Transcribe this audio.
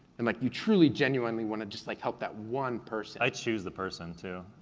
and like you truly, genuinely want to just like help that one person. i choose the person, too.